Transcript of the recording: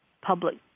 public –